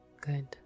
good